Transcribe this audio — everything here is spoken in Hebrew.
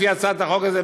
לפי הצעת החוק הזאת,